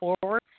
forward